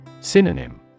Synonym